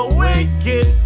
wicked